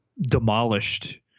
demolished